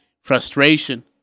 frustration